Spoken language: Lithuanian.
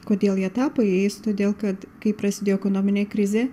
kodėl jie tapo jais todėl kad kai prasidėjo ekonominė krizė